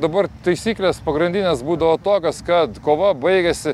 dabar taisyklės pagrindinės būdavo tokios kad kova baigiasi